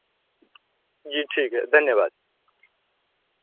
जी ठीक है धन्यवाद